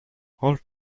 hold